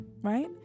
right